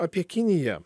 apie kiniją